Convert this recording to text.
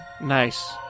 Nice